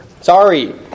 Sorry